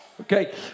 Okay